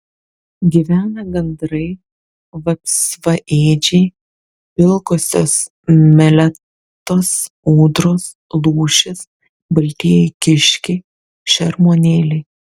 gyvena gandrai vapsvaėdžiai pilkosios meletos ūdros lūšys baltieji kiškiai šermuonėliai